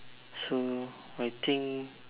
so I think